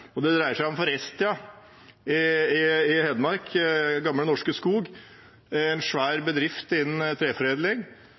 Det dreier seg om Forestia i Hedmark, gamle Norske Skog, en svær